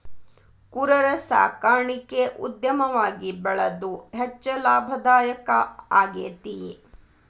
ಕುರರ ಸಾಕಾಣಿಕೆ ಉದ್ಯಮವಾಗಿ ಬೆಳದು ಹೆಚ್ಚ ಲಾಭದಾಯಕಾ ಆಗೇತಿ